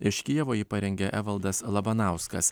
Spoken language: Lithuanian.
iš kijevo jį parengė evaldas labanauskas